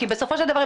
כי בסופו של דבר,